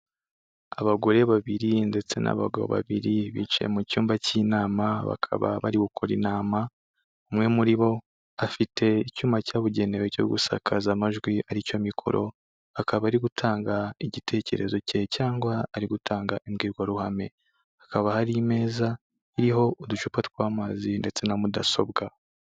Abagore babiri ndetse n'abagabo babiri, bicaye mu cyumba cy'inama bakaba bari gukora inama, umwe muri bo afite icyuma cyabugenewe cyo gusakaza amajwi, aricyo mikoro, akaba ari gutanga igitekerezo cye cyangwa ari gutanga imbwirwaruhame, hakaba hari imeza iriho uducupa tw'amazi ndetse na mudasobwa.